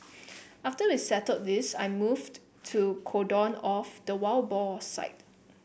after we settled this I moved to cordon off the wild boar site